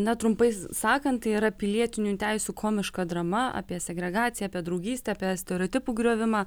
na trumpai sakant tai yra pilietinių teisių komiška drama apie segregaciją apie draugystę apie stereotipų griovimą